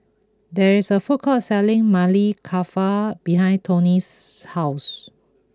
there is a food court selling Maili Kofta behind Toni's house